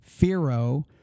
Firo